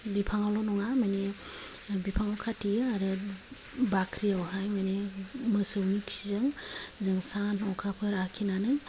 बिफांआवल' नङा माने बिफांआव खाथेयो आरो बाख्रिआवहाय माने मोसौनि खिजों जों सान अखाफोर आखिनानै